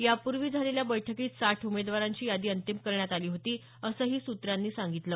यापूर्वी झालेल्या बैठकीत साठ उमेदवारांची यादी अंतिम करण्यात आली होती असं सूत्रानं सांगितलं